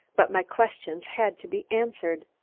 but my questions had to be answered.